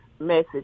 Message